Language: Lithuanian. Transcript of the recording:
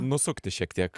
nusukti šiek tiek